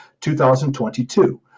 2022